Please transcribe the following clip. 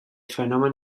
fenomen